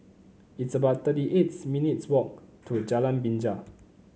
it's about thirty eights minutes' walk to Jalan Binja